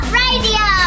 radio